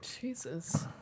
Jesus